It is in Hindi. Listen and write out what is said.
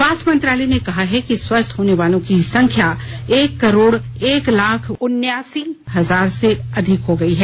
स्वास्थ्य मंत्रालय ने कहा है कि स्वस्थ होने वालों की संख्या एक करोड़ एक लाख उन्यासी हजार से अधिक हो गई है